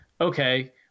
Okay